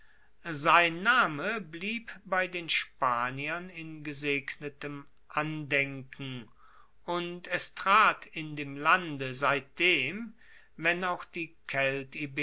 sein name blieb bei den spaniern in gesegnetem andenken und es trat in dem lande seitdem wenn auch die